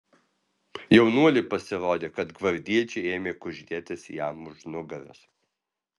jaunuoliui pasirodė kad gvardiečiai ėmė kuždėtis jam už nugaros